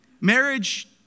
Marriage